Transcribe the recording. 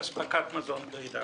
לאספקת מזון גרידא.